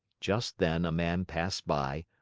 just then a man passed by,